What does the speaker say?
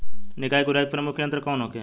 निकाई गुराई के प्रमुख यंत्र कौन होखे?